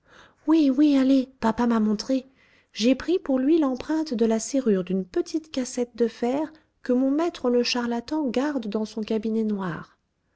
oui oui allez papa m'a montré j'ai pris pour lui l'empreinte de la serrure d'une petite cassette de fer que mon maître le charlatan garde dans son cabinet noir